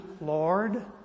Lord